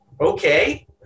Okay